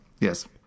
yes